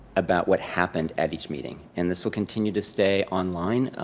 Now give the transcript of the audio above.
about what happened at each meeting. and this will continue to stay online